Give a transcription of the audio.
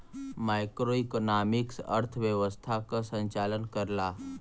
macroeconomics अर्थव्यवस्था क संचालन करला